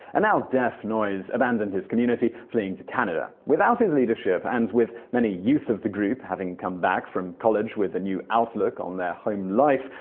a now-deaf noyes abandoned his community, fleeing to canada. without his leadership, and with many youth of the group having come back from colleges with a new outlook on their home life,